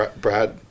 Brad